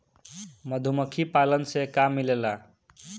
मधुमखी पालन से का मिलेला?